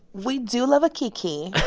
we do love a kiki.